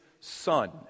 son